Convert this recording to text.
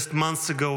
Just months ago,